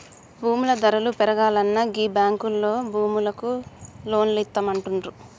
భూముల ధరలు పెరుగాల్ననా గీ బాంకులోల్లు భూములకు లోన్లిత్తమంటుండ్రు